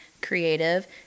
creative